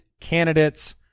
candidates